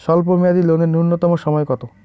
স্বল্প মেয়াদী লোন এর নূন্যতম সময় কতো?